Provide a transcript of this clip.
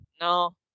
no